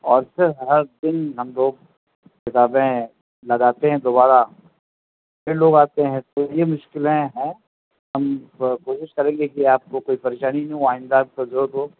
اور پھر ہر دن ہم لوگ کتابیں لگاتے ہیں دوبارہ پھر لوگ آتے ہیں تو یہ مشکلیں ہیں ہم کوشش کریں گے کہ آپ کو کوئی پریشانی نہ ہو وہ آئندہ کو ضرورت ہو